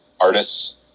artists